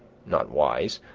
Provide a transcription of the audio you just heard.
not wise,